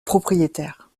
propriétaire